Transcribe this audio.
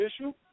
issue